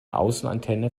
außenantenne